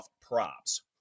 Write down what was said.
props